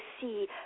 see